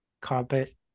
carpet